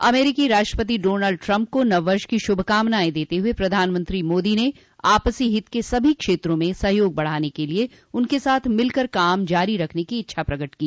अमरीकी राष्ट्रपति Donald Trump को नववर्ष की शुभकामनाएं देते हुए प्रधानमंत्री मोदी ने आपसी हित के सभी क्षेत्रों में सहयोग बढ़ाने के लिए उनके साथ मिलकर काम जारी रखने की इच्छा प्रकट की